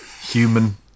human